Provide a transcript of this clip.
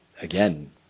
again